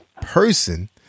person